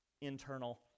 internal